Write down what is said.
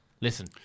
Listen